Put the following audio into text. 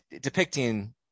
depicting